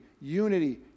unity